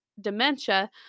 dementia